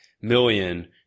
million